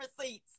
receipts